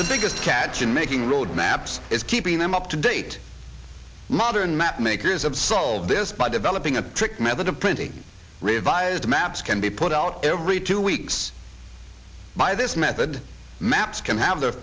the biggest catch in making road maps is keeping them up to date modern math makers of solve this by developing a trick method of printing revised maps can be put out every two weeks by this method maps can have their